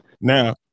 Now